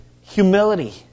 humility